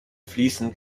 fließend